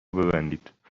ببندید